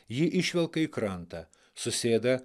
ji išvelka į krantą susėda